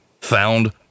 found